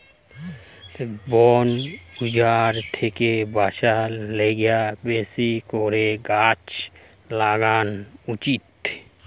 বন উজাড় থেকে বাঁচার লিগে বেশি করে গাছ লাগান উচিত